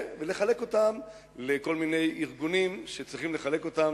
ולחלק אותם לכל מיני ארגונים שצריך לחלק אותם,